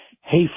Hey